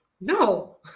No